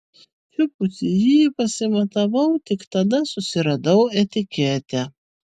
čiupusi jį pasimatavau tik tada susiradau etiketę